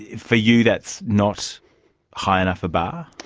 for you that's not high enough a bar?